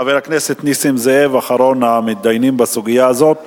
חבר הכנסת נסים זאב, אחרון המתדיינים בסוגיה הזאת.